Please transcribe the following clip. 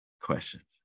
questions